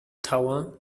tower